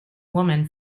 woman